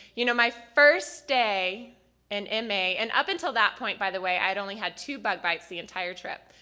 you know, my first day and in ma, and up until that point by the way i had only had two bug bites the entire trip.